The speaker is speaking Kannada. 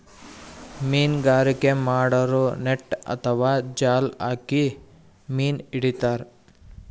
ಮೀನ್ಗಾರಿಕೆ ಮಾಡೋರು ನೆಟ್ಟ್ ಅಥವಾ ಜಾಲ್ ಹಾಕಿ ಮೀನ್ ಹಿಡಿತಾರ್